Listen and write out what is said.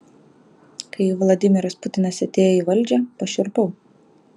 kai vladimiras putinas atėjo į valdžią pašiurpau